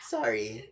Sorry